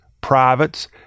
privates